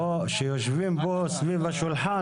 כשיושבים פה סביב השולחן